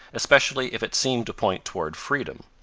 especially if it seemed to point toward freedom.